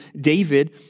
David